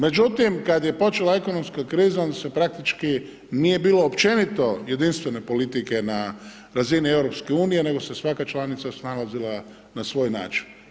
Međutim, kad je počela ekonomska kriza, onda se praktički nije bilo općenito jedinstvene politike na razini EU, nego se svaka članica snalazila na svoj način.